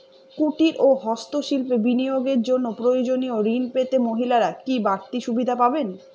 কুটীর ও হস্ত শিল্পে বিনিয়োগের জন্য প্রয়োজনীয় ঋণ পেতে মহিলারা কি বাড়তি সুবিধে পাবেন?